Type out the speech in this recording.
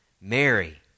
Mary